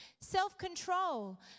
self-control